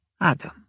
Adam